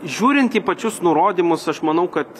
žiūrint į pačius nurodymus aš manau kad